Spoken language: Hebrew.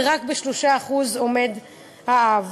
ורק ב-3% עומד בראש האב.